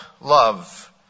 love